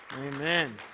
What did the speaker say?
Amen